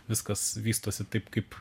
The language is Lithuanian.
viskas vystosi taip kaip